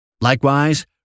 Likewise